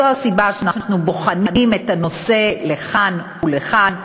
זו הסיבה שאנחנו בוחנים את הנושא לכאן ולכאן,